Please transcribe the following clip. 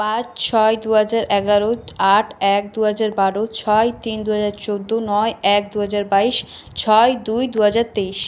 পাঁচ ছয় দুহাজার এগারো আট এক দুহাজার বারো ছয় তিন দুহাজার চৌদ্দো নয় এক দুহাজার বাইশ ছয় দুই দুহাজার তেইশ